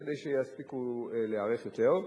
כדי שיספיקו להיערך יותר.